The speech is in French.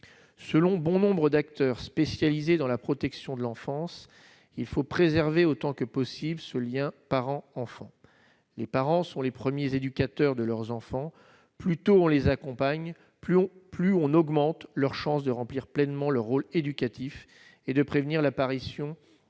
selon bon nombre d'acteurs spécialisés dans la protection de l'enfance il faut préserver autant que possible ce lien parents-enfants : les parents sont les premiers éducateurs de leurs enfants, plus tôt on les accompagne plus en plus on augmente leurs chances de remplir pleinement leur rôle éducatif et de prévenir l'apparition de